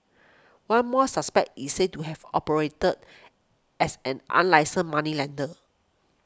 one more suspect is said to have operated as an unlicensed moneylender